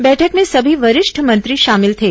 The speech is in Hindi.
बैठक में सभी वरिष्ठ मंत्री शामिल थे